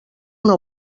una